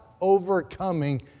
overcoming